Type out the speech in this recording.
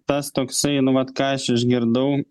tas toksai nu vat ką aš išgirdau